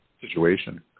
situation